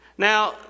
Now